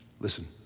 Listen